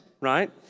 right